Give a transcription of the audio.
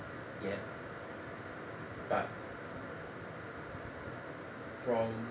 yet but from